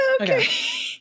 Okay